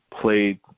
played